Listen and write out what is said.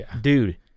dude